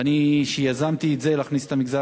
ואני שיזמתי את זה להכניס את מגזר